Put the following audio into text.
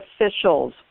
officials